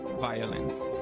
violence.